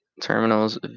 terminals